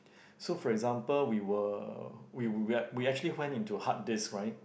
so for example we were we we we actually went into hard disk right